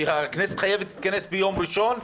והכנסת חייבת להתכנס ביום ראשון,